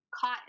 caught